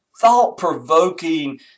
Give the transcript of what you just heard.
thought-provoking